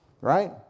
right